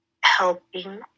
helping